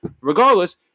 Regardless